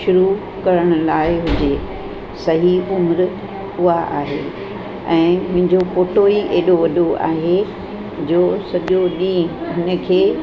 शुरू करण लाइ हुजे सही उमिरि उहा आहे ऐं मुहिंजो पोटो ई एॾो वॾो आहे जो सॼो ॾींहुं हिन खे